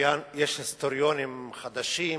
היסטוריונים חדשים